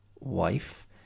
wife